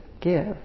give